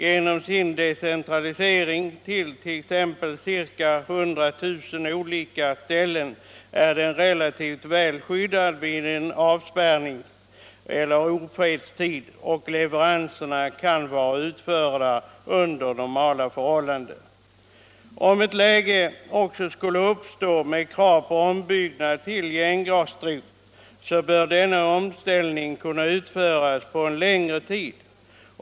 Genom sin decentralisering till kanske 100 000 olika ställen är den relativt väl skyddad i avspärrningseller ofredstider och leveranserna kan vara utförda under normala förhållanden. Om ett läge skulle uppstå med krav på ombyggnad till gengasdrift, bör denna omställning kunna utföras på en längre tid.